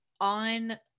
on